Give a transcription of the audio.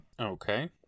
Okay